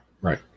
right